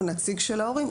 או נציג של ההורים,